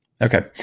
Okay